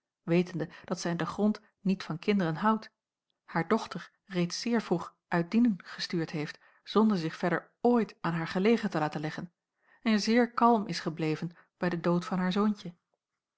wetende dat zij in den grond niet van kinderen houdt haar dochter reeds zeer vroeg uit dienen gestuurd heeft zonder zich verder ooit aan haar gelegen te laten leggen en zeer kalm is gebleven bij den dood van haar zoontje